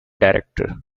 director